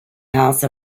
house